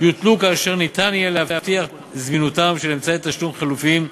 יוטלו כאשר ניתן יהיה להבטיח זמינותם של אמצעי תשלום חלופיים למזומן,